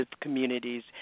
communities